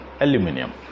Aluminium